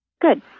Good